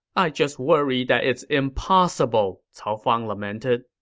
i just worry that it's impossible, cao fang lamented